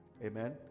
Amen